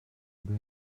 would